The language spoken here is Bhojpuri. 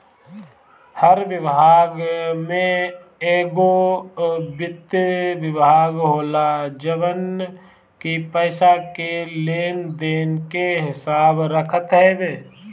हर विभाग में एगो वित्त विभाग होला जवन की पईसा के लेन देन के हिसाब रखत हवे